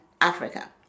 Africa